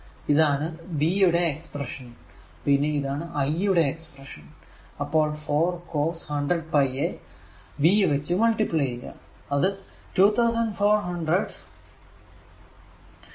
ഇതാണ് v യുടെ expression പിന്നെ ഇതാണ് i യുടെ എക്സ്പ്രെഷൻ അപ്പോൾ 4 cos 100πt യെ v വച്ച് മൾട്ടിപ്ലൈ ചെയ്യുക